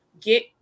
get